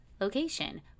location